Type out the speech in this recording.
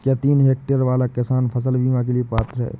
क्या तीन हेक्टेयर वाला किसान फसल बीमा के लिए पात्र हैं?